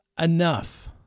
enough